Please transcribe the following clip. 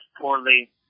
poorly